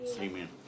Amen